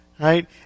right